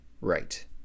Right